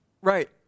Right